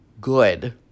good